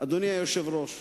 אדוני היושב-ראש,